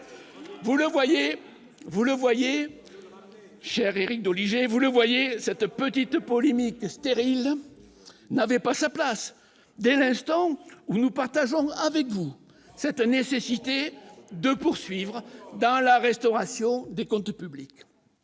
vous le voyez, vous le voyez cher Éric Doligé, vous le voyez, cette petite polémique stérile, n'avait pas sa place dès l'instant où nous partageons avec vous cette la nécessité de poursuivre dans la restauration, des comptes publics